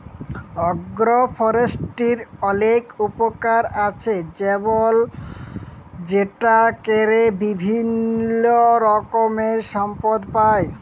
আগ্র ফরেষ্ট্রীর অলেক উপকার আছে যেমল সেটা ক্যরে বিভিল্য রকমের সম্পদ পাই